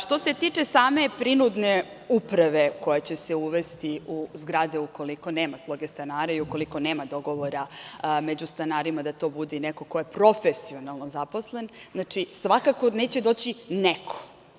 Što se tiče same prinudne uprave koja će se uvesti u zgrade ukoliko nema sloge stanara i ukoliko nema dogovora među stanarima, da to bude neko ko je profesionalno zaposlen, svakako neće doći neko.